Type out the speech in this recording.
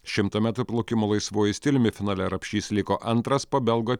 šimto metrų plaukimo laisvuoju stiliumi finale rapšys liko antras po belgo